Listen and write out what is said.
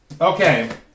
Okay